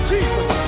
Jesus